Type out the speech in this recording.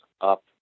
up